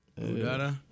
Dada